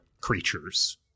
creatures